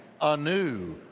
anew